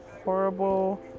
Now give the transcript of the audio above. horrible